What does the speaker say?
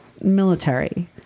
military